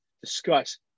discuss